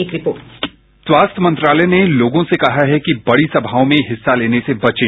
एक report bite स्वास्थ्य मंत्रालय ने लोगों से कहा है कि बड़ी सभाओं में हिस्सा लेने से बचें